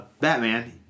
Batman